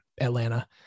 Atlanta